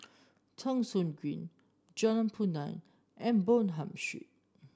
Thong Soon Green Jalan Punai and Bonham Street